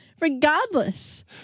Regardless